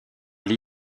lee